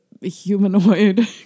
humanoid